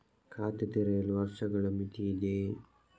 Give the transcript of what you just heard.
ಖಾತೆ ತೆರೆಯಲು ವರ್ಷಗಳ ಮಿತಿ ಇದೆಯೇ?